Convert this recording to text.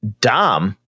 Dom